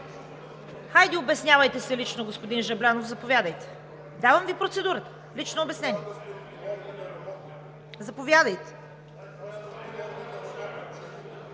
Хайде, обяснявайте се лично, господин Жаблянов. Заповядайте, давам Ви процедура – лично обяснение. (Реплики.)